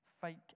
fake